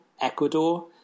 Ecuador